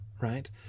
right